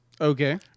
Okay